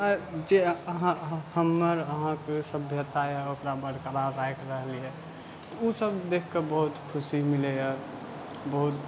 आओर जे अहाँ हमर अहाँके सभ्यता अइ ओकरा बरकरार राखि रहलैए ओसब देखिके बहुत खुशी मिलैए बहुत